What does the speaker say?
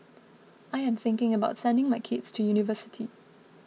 I am thinking about sending my kids to university